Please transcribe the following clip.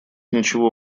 ничего